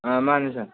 ꯑꯥ ꯃꯥꯟꯅꯤ ꯁꯥꯔ